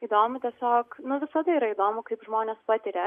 įdomu tiesiog nu visada yra įdomu kaip žmonės patiria